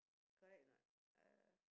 correct not uh